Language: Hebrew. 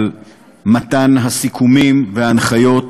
על מתן הסיכומים וההנחיות.